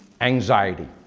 anxiety